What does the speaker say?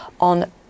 on